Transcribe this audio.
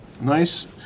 Nice